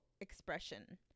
expression